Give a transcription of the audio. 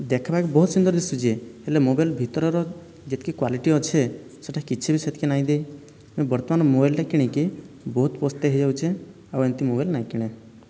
ଦେଖିବାକୁ ବହୁତ ସୁନ୍ଦର ଦିଶୁଛି ହେଲେ ମୋବାଇଲ ଭିତରର ଯେତିକି କ୍ୱାଲିଟି ଅଛି ସେଇଟା କିଛି ବି ସେତିକି ନାହିଁ ଦେଇ ତେଣୁ ବର୍ତ୍ତମାନ ମୋବାଇଲଟା କିଣିକି ବହୁତ ପସ୍ତେଇ ହୋଇଯାଉଛି ଆଉ ଏମିତି ମୋବାଇଲ ନାହିଁ କିଣେ